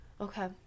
Okay